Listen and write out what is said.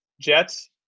Jets